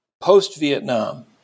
post-Vietnam